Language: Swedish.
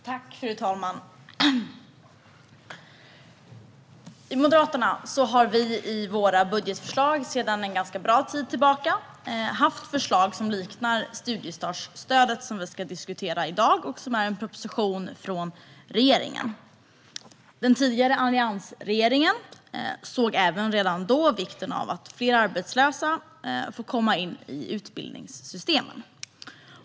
Fru talman! Vi i Moderaterna har i våra budgetförslag sedan en ganska lång tid tillbaka haft förslag som liknar studiestartsstödet, som vi ska diskutera i dag. Det handlar om en proposition från regeringen. Den tidigare alliansregeringen såg redan då vikten av att fler arbetslösa får komma in i utbildningssystemen.